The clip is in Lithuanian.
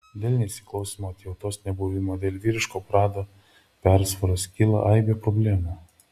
dėl neįsiklausymo atjautos nebuvimo dėl vyriško prado persvaros kyla aibė problemų